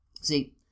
See